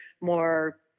more